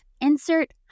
insert